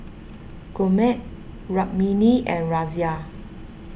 Gurmeet Rukmini and Razia